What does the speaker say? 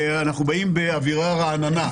אנחנו באים באווירה רעננה.